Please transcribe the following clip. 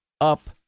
up